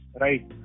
right